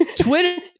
Twitter